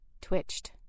twitched